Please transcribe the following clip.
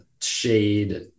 shade